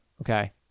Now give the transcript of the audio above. Okay